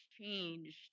changed